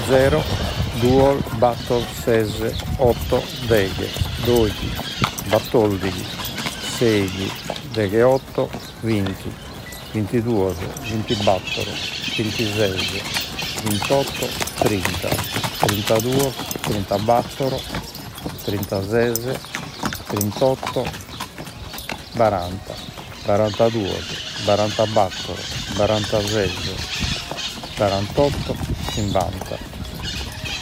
Zero duos battor ses otto deghe doighi battordighi seighi degheotto vinti vintiduos vintibattor vintises vintotto trinta trintaduos trintabattor trintases trintotto baranta barantaduos barantabattor barantases barantotto chimbanta